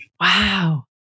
Wow